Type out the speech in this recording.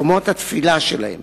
מקומות התפילה שלהם